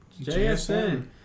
JSN